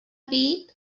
být